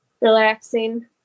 relaxing